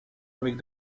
avec